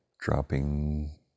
dropping